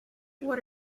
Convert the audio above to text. what